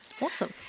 Awesome